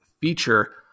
feature